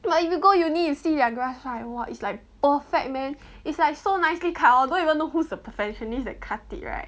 but if you go uni you see their grass right !wah! is like perfect man it's like so nicely cut or don't even know who's the perfectionist that cut it right